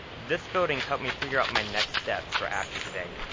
this building helped me figure out my next steps for after today.